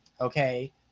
okay